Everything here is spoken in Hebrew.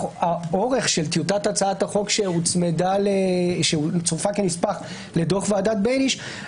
האורך של טיוטת הצעת החוק שצורפה כנספח לדוח ועדת בייניש,